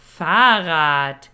Fahrrad